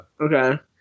okay